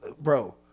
bro